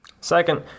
Second